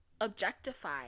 objectify